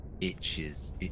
itches